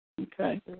Okay